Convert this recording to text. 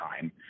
time